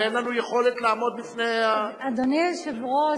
לשונה היא אותו הדבר.